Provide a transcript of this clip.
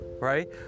right